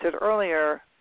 earlier